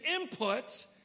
input